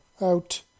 Out